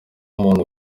umuntu